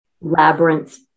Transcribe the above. labyrinth